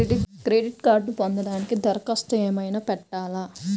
Credit కార్డ్ను పొందటానికి దరఖాస్తు ఏమయినా పెట్టాలా?